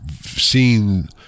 seeing